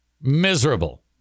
miserable